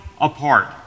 apart